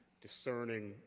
discerning